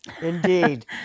Indeed